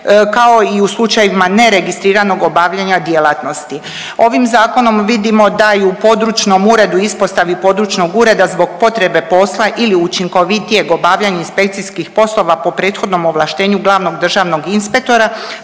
kao i u slučajevima neregistriranog obavljanja djelatnosti. Ovim zakonom vidimo da i u područnom uredu, ispostavi područnog ureda zbog potrebe posla ili učinkovitijeg obavljanja inspekcijskih poslova po prethodnom ovlaštenju glavnog državnog inspektora